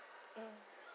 mm